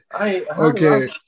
Okay